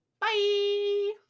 Bye